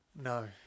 No